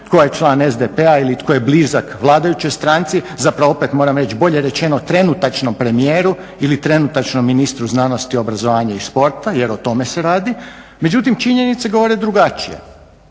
tko je član SDP-a ili tko je blizak vladajućoj stranci, zapravo opet moram reći bolje rečeno trenutačnom premijeru ili trenutačnom ministru znanosti, obrazovanja i sporta jer o tome se radi. Međutim, činjenice govore drugačije.